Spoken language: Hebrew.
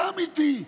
אתה אמיתי.